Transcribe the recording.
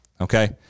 okay